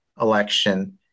election